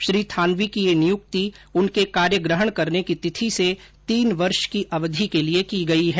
श्री थानवी की यह नियुक्ति उनके कार्यग्रहण करने की तिथि से तीन वर्ष की अवधि को लिए की गई है